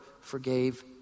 forgave